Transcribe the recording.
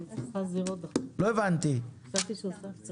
לא שמעתי בסוף מה אנחנו סיכמנו עם הנושא הזה של יבוא מקביל.